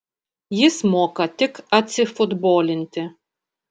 jis moka tik atsifutbolinti